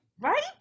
Right